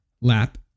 lap